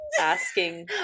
asking